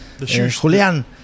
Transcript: julian